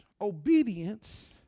obedience